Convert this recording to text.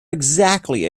exactly